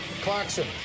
Clarkson